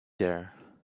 there